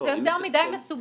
פעם לקוח